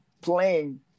playing